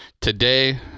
today